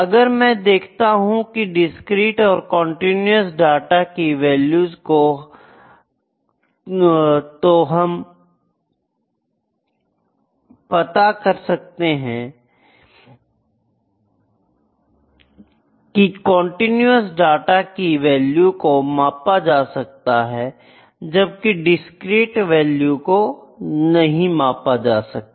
अगर मैं देखता हूं कि डिस्क्रीट और कंटीन्यूअस डाटा की वैल्यू को तो हमें यह पता चलता है की कंटीन्यूअस डाटा वैल्यू को मापा जा सकता है जबकि डिस्क्रीट वैल्यू को मापा नहीं जा सकता